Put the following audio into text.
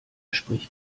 spricht